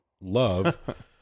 love